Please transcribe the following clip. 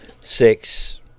Six